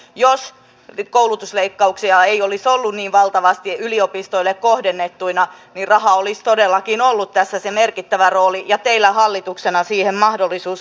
jos koulutusleikkauksia ei olisi ollut niin valtavasti yliopistoille kohdennettuina niin rahalla olisi todellakin ollut tässä se merkittävä rooli ja teillä hallituksena siihen mahdollisuus vaikuttaa